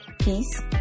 peace